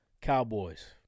Cowboys